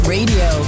Radio